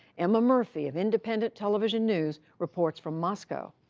emma murphy of independent television news reports from moscow.